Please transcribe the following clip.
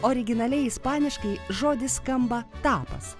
originaliai ispaniškai žodis skamba tapas